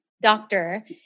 doctor